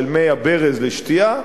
של מי הברז לשתייה,